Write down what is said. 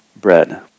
bread